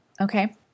Okay